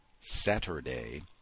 Saturday